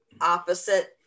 opposite